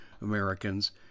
Americans